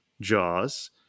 jaws